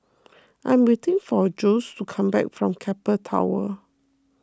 I'm waiting for Jose to come back from Keppel Towers